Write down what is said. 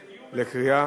לקריאה,